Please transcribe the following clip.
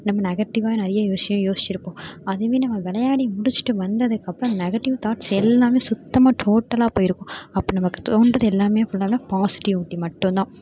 நம்ம நெகட்டிவாக நிறைய விஷயம் யோச்சியிருப்போம் அதுவுமே நம்ம விளையாடி முடிச்சுட்டு வந்ததுக்கு அப்புறம் நெகட்டிவ் தாட்ஸ் எல்லாமே சுத்தமாக டோட்டலாக போயிருக்கும் அப்போ நமக்கு தோன்றது எல்லாமே ஃபுல்லாக பாசிட்டிவிட்டி மட்டும் தான்